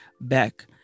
back